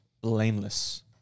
blameless